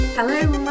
Hello